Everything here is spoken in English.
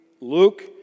Luke